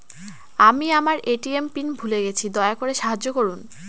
আমি আমার ATM pin ভুলে গেছি, দয়া করে সাহায্য করুন